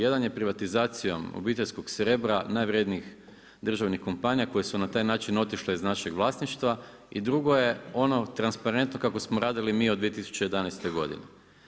Jedan je privatizacijom obiteljsko srebra najvrjednijih državnih kompanija koje su na taj način otišle iz našeg vlasništva i drugo je ono transparentno kako smo radili mi od 2011. godine.